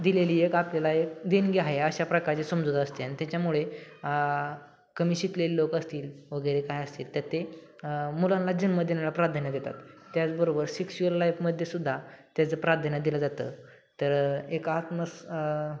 दिलेली एक आपल्याला एक देणगी आहे अशा प्रकारचे समजुतं असते अन त्याच्यामुळे कमी शिकलेले लोकं असतील वगैरे काय असतील तर ते मुलांना जन्म द्यायला प्राध्यान्य देतात त्याचबरोबर सिक्स्युअल लाईफमध्ये सुद्धा त्याचं प्राध्यान्य दिलं जातं तर एका आत्म